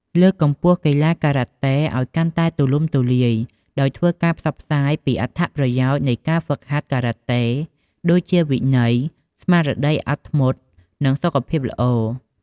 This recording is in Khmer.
លើកកម្ពស់កីឡាការ៉ាតេឲ្យកាន់តែទូលំទូលាយ ដោយធ្វើការផ្សព្វផ្សាយពីអត្ថប្រយោជន៍នៃការហ្វឹកហាត់ការ៉ាតេ ដូចជាវិន័យ ស្មារតីអត់ធ្មត់ និងសុខភាពល្អ។